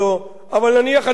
אבל נניח אדם כמוך,